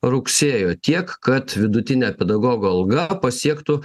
rugsėjo tiek kad vidutinė pedagogų alga pasiektų